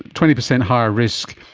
twenty percent higher risk,